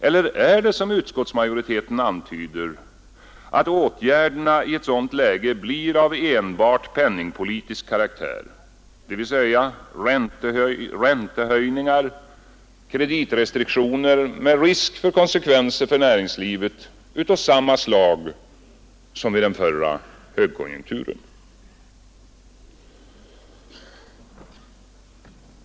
Eller är det så, som utskottsmajoriteten antyder, att åtgärderna blir av enbart penningpolitisk karaktär — dvs. räntehöjningar och kreditrestriktioner med risk för konsekvenser för näringslivet av samma slag som vid den förra högkonjunkturen?